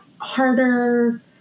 harder